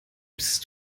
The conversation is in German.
bist